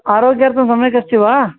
आरोग्यार्थं सम्यक् अस्ति वा